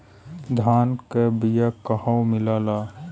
धान के बिया कहवा मिलेला?